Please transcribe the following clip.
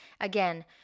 again